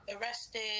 arrested